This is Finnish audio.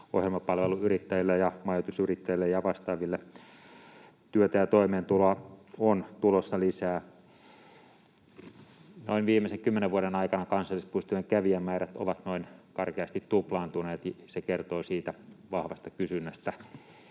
Ohjelmapalveluyrittäjille, majoitusyrittäjille ja vastaaville työtä ja toimeentuloa on tulossa lisää. Noin viimeisen kymmenen vuoden aikana kansallispuistojen kävijämäärät ovat noin karkeasti tuplaantuneet. Se kertoo siitä vahvasta kysynnästä